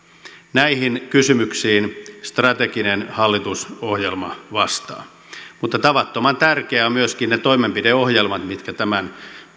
näihin kysymyksiin strateginen hallitusohjelma vastaa mutta tavattoman tärkeitä ovat myöskin ne toimenpideohjelmat mitkä tämän